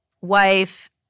wife